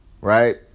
right